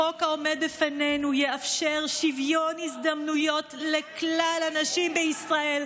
החוק העומד בפנינו יאפשר שוויון הזדמנויות לכלל הנשים בישראל,